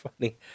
funny